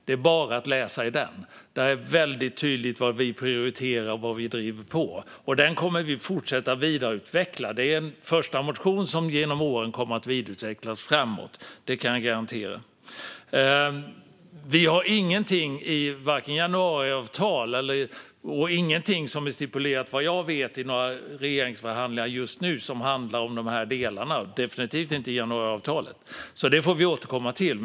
Det är bara att läsa i den; där är det väldigt tydligt vad vi prioriterar och vad vi driver på. Denna kommittémotion kommer vi att fortsätta utveckla. Det är en första motion som genom åren kommer att vidareutvecklas; det kan jag garantera. Vi har ingenting i januariavtalet och, vad jag vet, ingenting som är stipulerat i några regeringsförhandlingar just nu som handlar om dessa delar - definitivt inte i januariavtalet. Det får vi återkomma till.